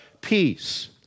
peace